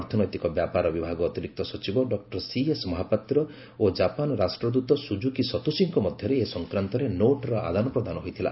ଅର୍ଥନୈତିକ ବ୍ୟାପାର ବିଭାଗ ଅତିରିକ୍ତ ସଚିବ ଡକ୍ଟର ସିଏସ୍ମହାପାତ୍ର ଓ ଜାପାନ ରାଷ୍ଟ୍ରଦୃତ ସୁଜ୍ଜୁକୀ ସତୋଶୀଙ୍କ ମଧ୍ୟରେ ଏ ସଂକ୍ରାନ୍ତରେ ନୋଟ୍ର ଆଦାନ ପ୍ରଦାନ ହୋଇଥିଲା